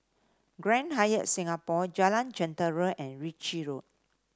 Grand Hyatt Singapore Jalan Jentera and Ritchie Road